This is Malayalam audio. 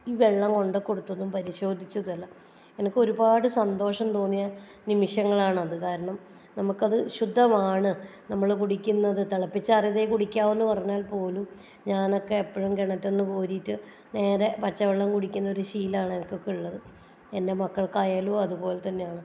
ഈ വെള്ളം കൊണ്ട് കൊടുത്തതും പരിശോധിച്ചതും എല്ലാം എനിക്ക് ഒരുപാട് സന്തോഷം തോന്നിയ നിമിഷങ്ങളാണ് അത് കാരണം നമുക്കത് ശുദ്ധമാണ് നമ്മൾ കുടിക്കുന്നത് തിളപ്പിച്ചാറിയാതെ കുടിക്കാവൂ എന്ന് പറഞ്ഞാൽ പോലും ഞാനൊക്കെ എപ്പഴും കെണറ്റിൽ നിന്നു കോരിയിട്ട് നേരെ പച്ചവെള്ളം കുടിക്കുന്ന ഒരു ശീലമാണ് എനിക്കൊക്കെ ഉള്ളത് എൻ്റെ മക്കൾക്ക് ആയാലും അതുപോലെ തന്നെയാണ്